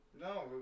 No